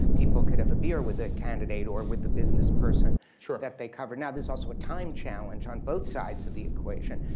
people could have a beer with their candidate or with the business person sure. that they covered. now there's also a time challenge on both sides of the equation.